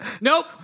nope